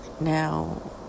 Now